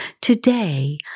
Today